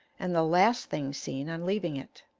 and the last thing seen on leaving it.